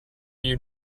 you